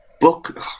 Book